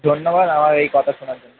ধন্যবাদ আমার এই কথা শোনার জন্য